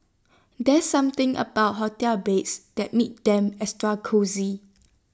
there's something about hotel beds that makes them extra cosy